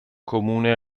comune